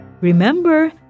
Remember